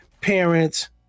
parents